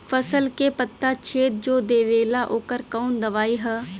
फसल के पत्ता छेद जो देवेला ओकर कवन दवाई ह?